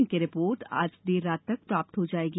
इनकी रिपोर्ट आज देर रात तक प्राप्त हो जाएगी